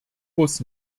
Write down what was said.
bus